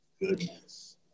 goodness